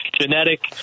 genetic